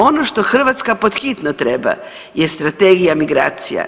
Ono što Hrvatska pod hitno treba je strategija migracija.